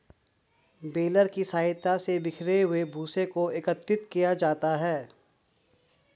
baler की सहायता से बिखरे हुए भूसे को एकत्रित किया जाता है